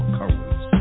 colors